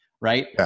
right